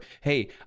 hey